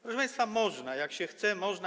Proszę państwa, można, jak się chce, można.